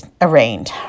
arraigned